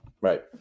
right